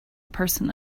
person